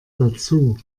dazu